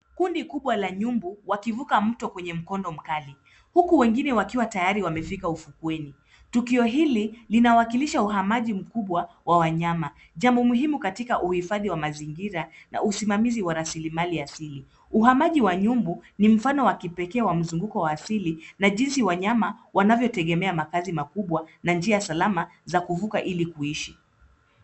Kundi kubwa la nyumbu wakivuka mto kwenye mundo mkali huku wengine wakiwa tayari wamefika ufukweni. Tukio hili linawakilisha uhamaji mkubwa wa wanyama jambo muhimu katika uhifadhi wa mazingira na usimamizi wa rasilimali asili. Uhamaji wa nyumbu ni mfano wa kipekee wa mzunguko wa asili na jinsi wanyama wanavyotegemea makazi makubwa na njia salama za kuvuka ili kuishi.